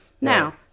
Now